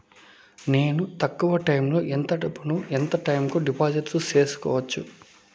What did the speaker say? నేను తక్కువ టైములో ఎంత డబ్బును ఎంత టైము కు డిపాజిట్లు సేసుకోవచ్చు?